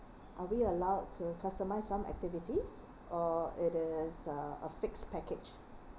are we allow to customise some activities or it is uh a fixed package